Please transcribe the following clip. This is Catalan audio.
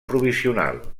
provisional